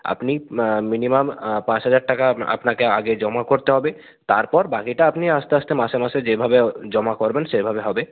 আপনি মিনিমাম পাঁচ হাজার টাকা আপনাকে আগে জমা করতে হবে তারপর বাকিটা আপনি আস্তে আস্তে মাসে মাসে যেভাবে জমা করবেন সেভাবে হবে